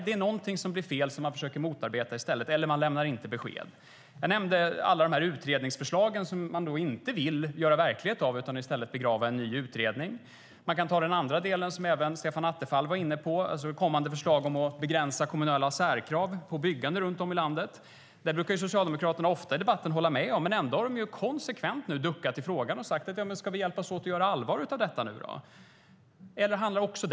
Det är någonting som blir fel och som man försöker motarbeta i stället, eller man lämnar inte besked. Jag nämnde alla de utredningsförslag man inte vill göra verklighet av utan i stället begrava i en ny utredning. Man kan ta den andra delen, som även Stefan Attefall var inne på, alltså ett kommande förslag om att begränsa kommunala särkrav på byggande runt om i landet. Där brukar Socialdemokraterna ofta hålla med i debatterna, men ändå har de konsekvent duckat i frågan: Ska vi hjälpas åt att göra allvar av detta nu då?